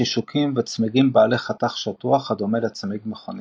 חישוקים וצמיגים בעלי חתך שטוח הדומה לצמיג מכונית.